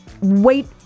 Wait